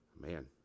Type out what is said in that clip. Man